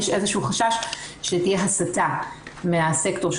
יש איזשהו חשש שתהיה הסתה מהסקטור שהוא